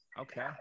Okay